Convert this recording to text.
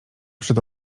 przed